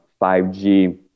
5G